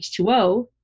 h2o